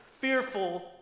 fearful